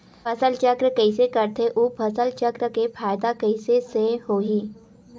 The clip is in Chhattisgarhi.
फसल चक्र कइसे करथे उ फसल चक्र के फ़ायदा कइसे से होही?